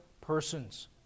persons